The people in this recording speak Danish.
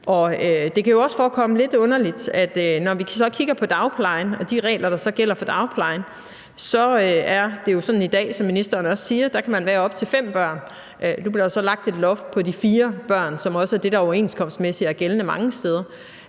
en god start på livet. Når vi så kigger på dagplejen og de regler, der gælder for dagplejen, er det jo sådan i dag, som ministeren også siger, at der kan man være op til fem børn. Nu bliver der så lagt et loft på fire børn, som også er det, der overenskomstmæssigt er gældende mange steder,